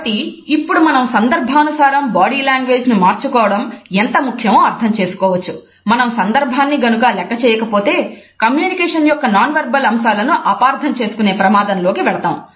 కాబట్టి ఇప్పుడు మనం సందర్భానుసారం బాడీ లాంగ్వేజ్ ను మార్చుకోవడం ఎంత ముఖ్యమో అర్థం చేసుకోవచ్చు మనం సందర్భాన్ని గనుక లెక్క చేయక పోతే కమ్యూనికేషన్ యొక్క నాన్ వెర్బల్ అంశాలను అపార్థం చేసుకునే ప్రమాదంలోకి వెళతాం